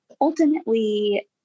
ultimately